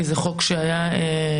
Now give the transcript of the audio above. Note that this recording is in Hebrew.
כי זה חוק שהיה שלה,